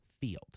field